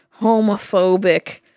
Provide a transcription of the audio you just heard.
homophobic